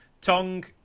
Tong